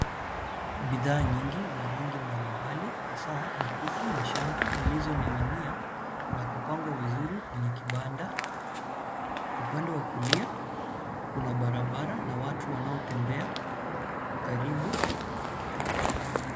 Bidhaa nyingi za rangi mbalimbali hasa mikufu na shanga zilizoning'inia na kupangwa vizuri kwenye kibanda. Upande wa kulia kuna barabara na watu wanaotembea kwa karibu.